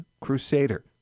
crusader